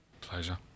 Pleasure